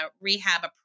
rehab